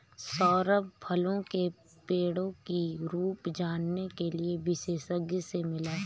सौरभ फलों की पेड़ों की रूप जानने के लिए विशेषज्ञ से मिला